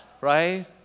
right